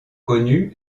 connu